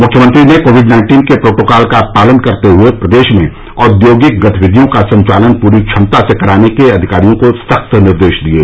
मुख्यमंत्री ने covid nineteen के प्रोटोकाल का पालन करते हुए प्रदेश में औद्योगिक गतिविधियों का संचालन पूरी क्षमता से कराने के अधिकारियों को सख्त निर्देश दिये